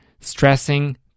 stressing